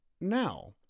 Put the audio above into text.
now